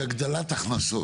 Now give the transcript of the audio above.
הגדלת הכנסות.